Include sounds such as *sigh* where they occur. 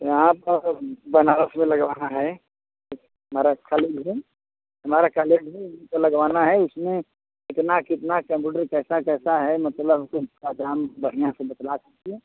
यहाँ पर बनारस में लगवाना है *unintelligible* हमारा कॉलेज में लगवाना है इसमें कितना कितना कंप्यूटर कैसा कैसा है मतलब *unintelligible* दाम बढ़िया से बतला दीजिए